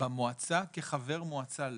במועצה, כחבר מועצה לא.